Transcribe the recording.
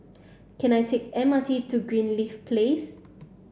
can I take M R T to Greenleaf Place